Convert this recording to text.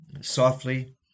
softly